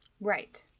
right